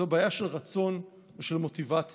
זו בעיה של רצון ושל מוטיבציה.